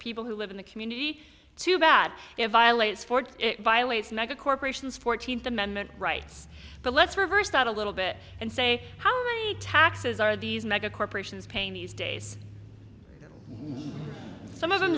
people who live in the community too bad if i allays ford it violates mega corporations fourteenth amendment rights but let's reverse that a little bit and say how many taxes are these mega corporations pain these days some of them